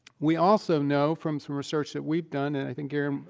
we also know from some research that we've done, and i think garen,